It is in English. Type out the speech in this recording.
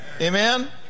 Amen